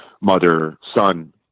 mother-son